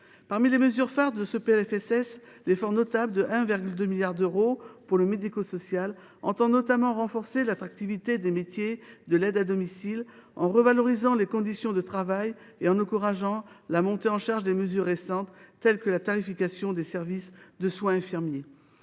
Parmi les mesures phares de ce PLFSS, on relève un effort notable de 1,2 milliard d’euros pour le secteur médico social, afin notamment de renforcer l’attractivité des métiers de l’aide à domicile, en revalorisant les conditions de travail et en encourageant la montée en charge des mesures récentes, telles que la tarification des soins infirmiers